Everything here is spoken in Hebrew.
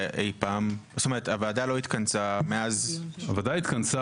הוועדה לא התכנסה מאז --- ודאי התכנסה